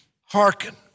Hearken